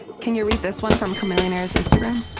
can you read this one from chamillionaire's instagram?